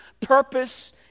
purpose